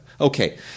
Okay